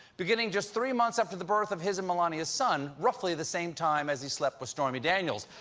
beginning just three months after the birth of his and melania's son, roughly the same time as he slept with stormy daniels.